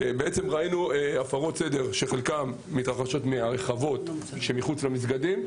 בעצם ראינו הפרות סדר שחלקן התרחשו ברחבות מחוץ למסגדים,